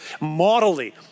morally